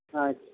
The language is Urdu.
اچھا